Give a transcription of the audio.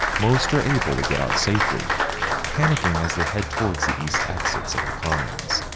most are able to get out safely panicking as they head towards the east exits of the commons,